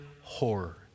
horror